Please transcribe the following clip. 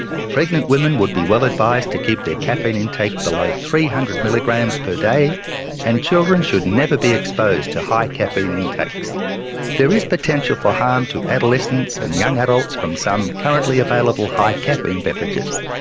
pregnant women would be well advised to keep their caffeine intake below three hundred milligrams per day and children should never be exposed to high caffeine intakes. there is potential for harm to adolescents and young adults from some currently available high caffeine beverages,